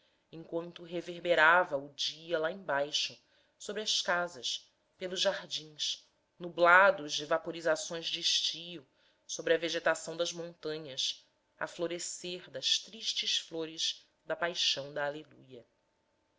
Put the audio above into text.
enquanto reverberava o dia lá embaixo sobre as casas pelos jardins nublados de vaporizações de estio sobre a vegetação das montanhas a florescer das tristes flores da paixão da aleluia